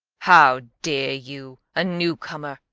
how dare you, a newcomer,